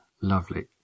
Lovely